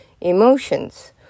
emotions